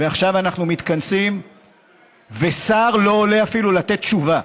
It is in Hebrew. עכשיו אנחנו מתכנסים ושר לא עולה אפילו לתת תשובה,